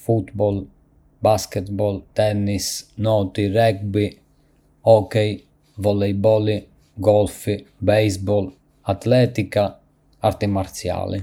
Ka shumë sporte që praktikohen në të gjithë botën, si futbolli, basketbolli, tenisi, noti, rugby, hokej, volejbolli, golfi, bejsbolli, atletika dhe arte marciale. Çdo njëri nga këto sporte ka rregulla dhe teknika unike.